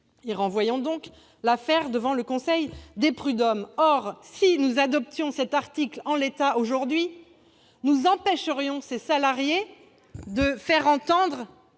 et renvoyant donc l'affaire devant le conseil des prud'hommes. Si nous adoptions cet article en l'état aujourd'hui, nous empêcherions ces salariés de faire entendre